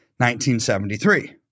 1973